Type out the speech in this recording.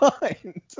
mind